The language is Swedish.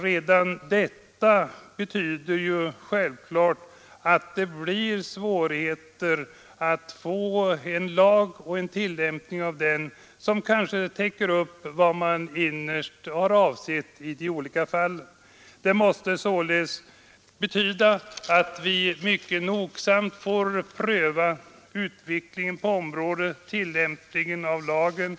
Redan detta betyder självklart att det blir svårigheter att få en lag och en tillämpning av den som täcker upp vad man har avsett. Vi måste alltså noggrant pröva utvecklingen på området och tillämpningen av lagen.